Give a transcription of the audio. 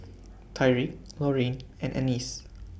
Tyriq Lauryn and Annice